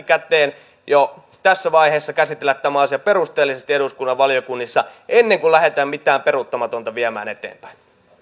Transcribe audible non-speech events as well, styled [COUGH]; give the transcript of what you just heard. [UNINTELLIGIBLE] käteen ja jo tässä vaiheessa käsitellä tämä asia perusteellisesti eduskunnan valiokunnissa ennen kuin lähdetään mitään peruuttamatonta viemään eteenpäin